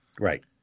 Right